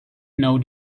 know